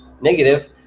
negative